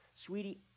sweetie